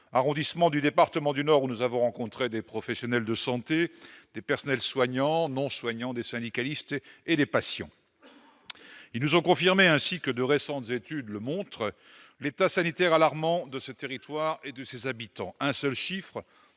arrondissement du département du Nord, où nous avons rencontré des professionnels de santé, des personnels soignants et non soignants, des syndicalistes et des patients. Ils nous ont confirmé ce que de récentes études montrent : l'état sanitaire alarmant de ce territoire et de ses habitants. Un seul chiffre